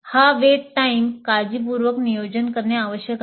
हा wait times काळजीपूर्वक नियोजित करणे आवश्यक आहे